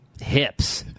hips